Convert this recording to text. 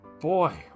Boy